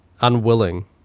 unwilling